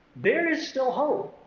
there is still hope,